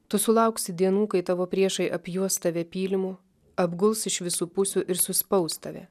tu sulauksi dienų kai tavo priešai apjuos tave pylimu apguls iš visų pusių ir suspaus tave